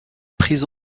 prise